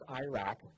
Iraq